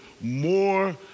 more